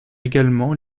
également